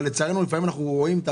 אבל לצערנו לפעמים אנחנו רואים איך